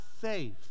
safe